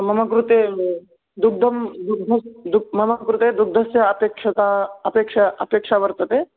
मम कृते दुग्धं दुग्धस्य दुग् मम कृते दुग्धस्य अपेक्षता अपेक्षा अपेक्षा वर्तते